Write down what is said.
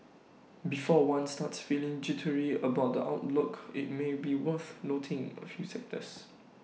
before one starts feeling jittery about the outlook IT may be worth noting A few factors